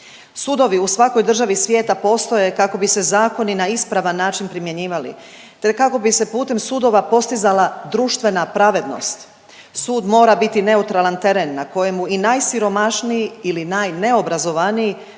Sudovi u svakoj državi svijeta postoje kako bi se zakoni na ispravan način primjenjivali te kako bi se putem sudova postizala društvena pravednost. Sud mora biti neutralan teren na kojemu i najsiromašniji ili najneobrazovaniji